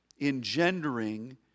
engendering